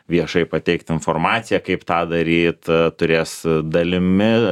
viešai pateikt informaciją kaip tą daryt turės dalimi